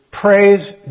praise